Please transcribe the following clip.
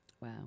Wow